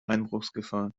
einbruchsgefahr